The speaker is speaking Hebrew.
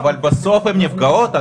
בסוף הן נפגעות.